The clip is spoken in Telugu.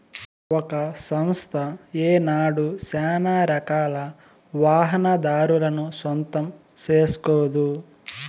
ఒక సంస్థ ఏనాడు సానారకాల వాహనాదారులను సొంతం సేస్కోదు